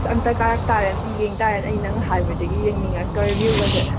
ꯑꯁ ꯑꯝꯇ ꯀꯥꯔꯛꯄ ꯇꯥꯔꯦ ꯑꯝꯇ ꯌꯦꯡꯕ ꯇꯥꯔꯦ ꯑꯩ ꯅꯪꯅ ꯍꯥꯏꯕꯗꯒꯤ ꯌꯦꯡꯅꯤꯡꯂꯛꯇꯧꯔꯦ ꯚ꯭ꯌꯨꯒꯥꯁꯦ